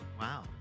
Wow